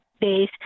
days